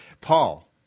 Paul